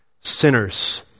sinners